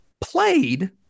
played